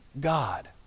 God